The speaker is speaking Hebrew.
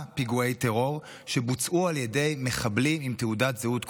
פיגועי טרור שבוצעו על ידי מחבלים עם תעודת זהות כחולה.